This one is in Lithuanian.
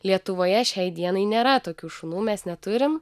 lietuvoje šiai dienai nėra tokių šunų mes neturim